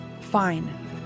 Fine